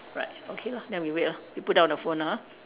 right okay lah then we wait ah we put down the phone ah